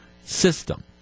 system